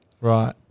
Right